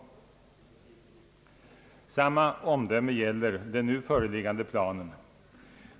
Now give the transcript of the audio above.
Samma omdöme gäl ler den nu föreliggande planen.